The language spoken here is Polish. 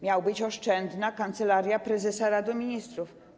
Miała być oszczędna Kancelaria Prezesa Rady Ministrów.